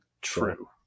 True